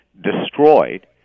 destroyed